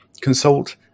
consult